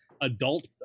adult